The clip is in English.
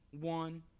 one